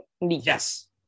Yes